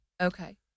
Okay